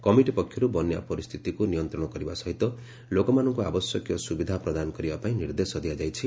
committee ପକ୍ଷରୁ ବନ୍ୟା ପରିସ୍ଥିତିକୁ ନିୟନ୍ତ୍ରଣ କରିବା ସହିତ ଲୋକମାନଙ୍କୁ ଆବଶ୍ୟକୀୟ ସୁବିଧା ପ୍ରଦାନ କରିବା ପାଇଁ ନିର୍ଦ୍ଦେଶ ଦିଆଯାଇଛି